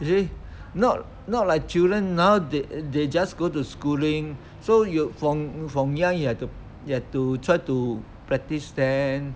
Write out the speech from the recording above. you see not not like children now they they just go to schooling so you from you from young you have to you have to try to practice them